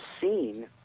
seen